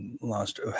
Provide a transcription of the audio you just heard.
lost